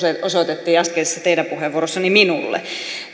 osoitettiin teidän äskeisessä puheenvuorossanne minulle